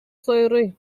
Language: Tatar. сайрый